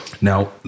Now